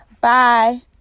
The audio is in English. Bye